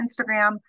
Instagram